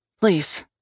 Please